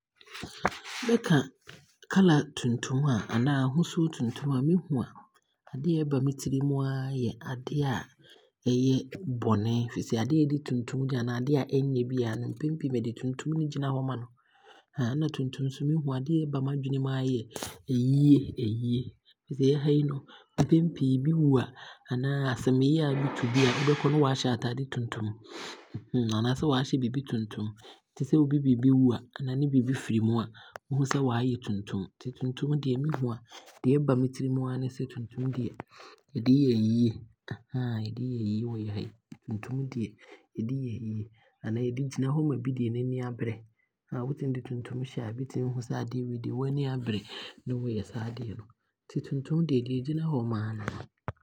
Bɛka colour tuntum a, anaa ahosuo tuntum a, me hu a, adeɛ a ɛba me tirim aa yɛ adeɛ a ɛyɛ bɔne, ɛfisɛ adeɛ a yɛde tuntum yɛ anaa adeɛ a ɛnnyɛ biaa no mpen pii bɛde tuntum ne gyina hɔ ma no, nna tuntum nso mehu a adeɛ ɛba m'adwene mu aa yɛ ayie, ayie. Ɛfisɛ yɛ ha yi no mpen pii bi wu a anaa asɛnyeaa bi to bi a wobɛkɔ no na waahyɛ ataadeɛ tuntum, anaasɛ waahyɛ biibi tuntum. Te sɛ ɔbo biibi wu a anaa ne biibi firi mu a, wohu sɛ waayɛ tuntum. Nti tuntum deɛ me hu a deɛ ɛba me tirim aa ne sɛ tuntum deɛ bɛde yɛ ayie bɛde yɛ ayie wɔ yɛ ha yi, tuntum deɛ yɛ de yɛ ayie anaa yɛde gyina hɔ ma bi deɛ N'ani aabere, wotumi de tuntum hyɛda bi tumi hu sɛ adeɛ wei deɛ waani aabere ne wooyɛ saa adeɛ no. Nti tuntum deɛ, deɛ ɛgyina hɔ ma aa ne no.